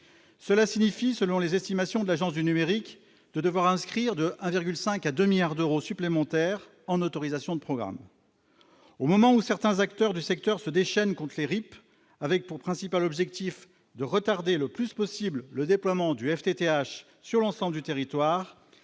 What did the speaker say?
cela signifie, selon les estimations de l'Agence du numérique de devoir inscrire 2 à virgule 5 à 2 milliards d'euros supplémentaires en autorisation de programme au moment où certains acteurs du secteur se déchaînent conquérir avec pour principal objectif de retarder le plus possible le déploiement du FTTH sur l'ensemble du territoire,